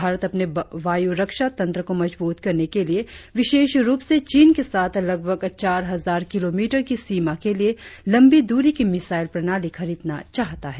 भारत अपने वायु रक्षा तंत्र को मजबूत करने के लिए विशेष रुप से चीन के साथ लगभग चार हजार किलोमीटर की सीमा के लिए लम्बी दूरी की मिसाइल प्रणाली खरीदना चाहता है